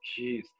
Jeez